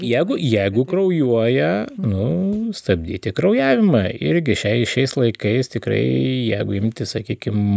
jeigu jeigu kraujuoja nu stabdyti kraujavimą irgi šiai šiais laikais tikrai jeigu imti sakykim